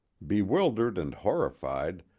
bewildered and horrified,